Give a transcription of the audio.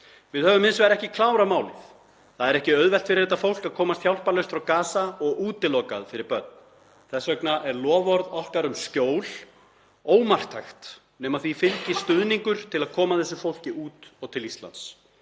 Við höfum hins vegar ekki klárað málið. Það er ekki auðvelt fyrir þetta fólk að komast hjálparlaust frá Gaza og útilokað fyrir börn. Þess vegna er loforð okkar um skjól ómarktækt nema því fylgi stuðningur til að koma þessu fólki út og til Íslands.